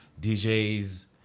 DJs